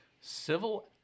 civil